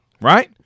right